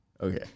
okay